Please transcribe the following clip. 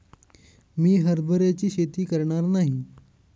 मी हरभऱ्याची शेती करणार नाही